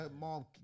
mom